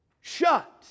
shut